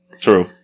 True